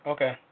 Okay